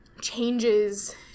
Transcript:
changes